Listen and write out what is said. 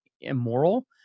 immoral